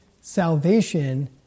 salvation